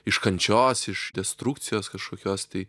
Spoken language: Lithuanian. iš kančios iš destrukcijos kažkokios tai